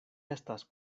estas